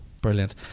brilliant